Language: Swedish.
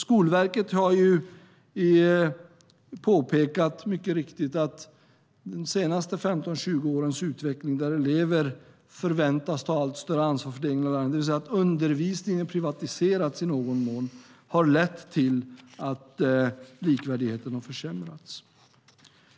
Skolverket har mycket riktigt påpekat att de senaste 15-20 årens utveckling där elever förväntas ta allt större ansvar för det egna lärandet, det vill säga att undervisningen privatiserats i någon mån, har lett till att likvärdigheten har försämrats.